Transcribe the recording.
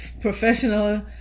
professional